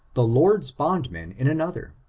the lord's bondmen in another.